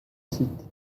site